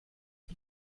mit